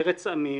פרץ עמיר,